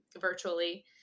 virtually